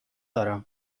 دارم